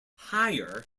higher